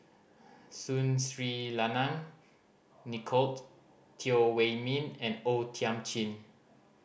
Sun Sri Lanang Nicolette Teo Wei Min and O Thiam Chin